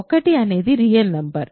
1 అనేది real numbers